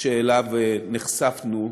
שאליו נחשפנו,